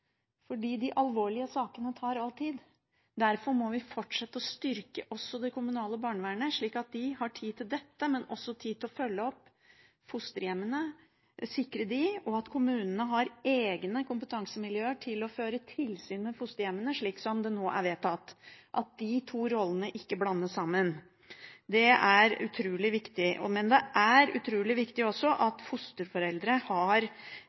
fordi de alvorlige sakene tar all tid. Derfor må vi fortsette å styrke også det kommunale barnevernet, slik at de har tid til dette, men også tid til å følge opp fosterhjemmene, sikre dem, og sørge for at kommunene har egne kompetansemiljøer til å føre tilsyn med fosterhjemmene, slik som det nå er vedtatt – at de to rollene ikke blandes sammen. Det er utrolig viktig. Men det er også utrolig viktig